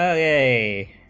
ah a